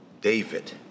David